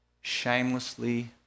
shamelessly